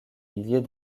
milliers